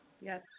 Yes